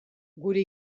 gure